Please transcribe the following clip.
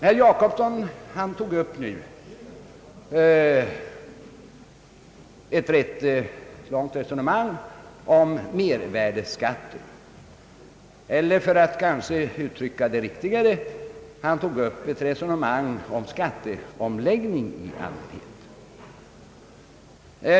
Herr Jacobsson tog upp ett rätt långt resonemang om mervärdeskatten eller, för att kanske uttrycka det riktigare, om skatteomläggning i allmänhet.